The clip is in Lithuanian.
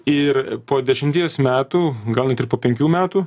ir po dešimties metų gal net ir po penkių metų